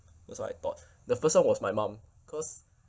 first one I thought the first one was my mum cause